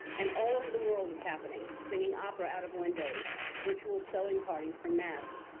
and all over the world it's happening singing operas out of windows, virtual selling parties for masks,